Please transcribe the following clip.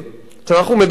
שאנחנו מדברים עליהן,